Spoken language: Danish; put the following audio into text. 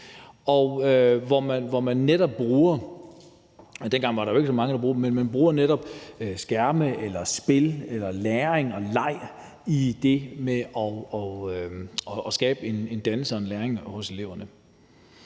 hvor man netop bruger – dengang var der jo ikke så mange, der brugte dem – skærme, spil og leg i det med at skabe dannelse og læring hos eleverne.